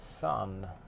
Sun